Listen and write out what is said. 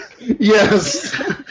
yes